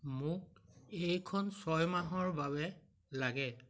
মোক এইখন ছয় মাহৰ বাবে লাগে